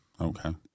Okay